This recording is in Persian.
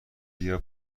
بیا